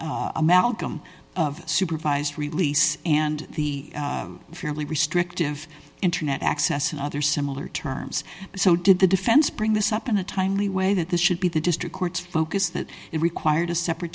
the amount them supervised release and the fairly restrictive internet access and other similar terms so did the defense bring this up in a timely way that this should be the district court's focus that it required a separate